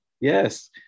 Yes